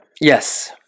yes